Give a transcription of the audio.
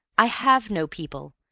i have no people!